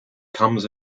comes